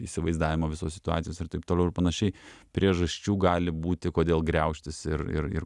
įsivaizdavimo visos situacijos ir taip toliau ir panašiai priežasčių gali būti kodėl griaužtis ir ir ir